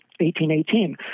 1818